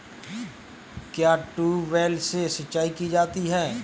क्या ट्यूबवेल से सिंचाई की जाती है?